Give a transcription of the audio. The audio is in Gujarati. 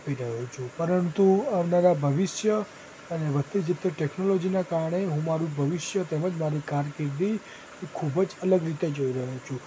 આપી રહ્યો છું પરંતુ આવનારા ભવિષ્ય અને વધતી જતી ટૅકનોલોજીને કારણે હું મારું ભવિષ્ય તેમજ મારી કારકિર્દી ખૂબ જ અલગ રીતે જોઈ રહ્યો છું